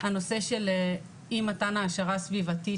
הנושא של אי מתן העשרה סביבתית,